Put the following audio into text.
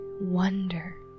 wonder